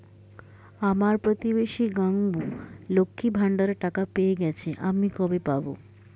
আমার প্রতিবেশী গাঙ্মু, লক্ষ্মীর ভান্ডারের টাকা পেয়ে গেছে, আমি কবে পাব?